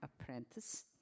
apprentice